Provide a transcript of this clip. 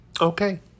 Okay